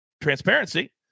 transparency